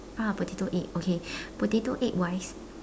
ah potato egg okay potato egg wise